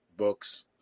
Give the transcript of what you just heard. Books